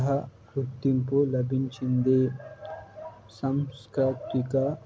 అహ గుర్తింపు లభించింది సాంసృతిక